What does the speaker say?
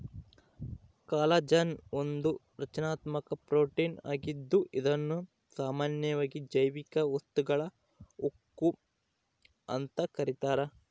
collagen ಒಂದು ರಚನಾತ್ಮಕ protein ಆಗಿದ್ದು ಇದುನ್ನ ಸಾಮಾನ್ಯವಾಗಿ ಜೈವಿಕ ವಸ್ತುಗಳ ಉಕ್ಕು ಅಂತ ಕರೀತಾರ